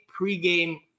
pregame